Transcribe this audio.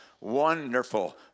wonderful